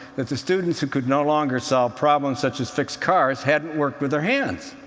that the students who could no longer solve problems, such as fixing cars, hadn't worked with their hands.